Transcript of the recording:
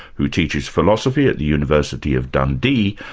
who teaches philosophy at the university of dundee,